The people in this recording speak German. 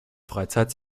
freizeit